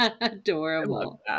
adorable